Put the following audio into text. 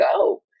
go